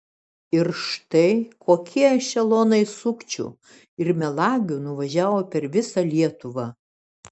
ir štai kokie ešelonai sukčių ir melagių nuvažiavo per visą lietuvą